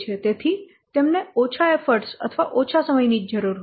તેથી તેમને ઓછા એફર્ટ અથવા ઓછા સમયની જ જરૂર હોય છે